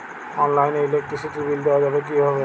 অনলাইনে ইলেকট্রিসিটির বিল দেওয়া যাবে কিভাবে?